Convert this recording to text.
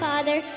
Father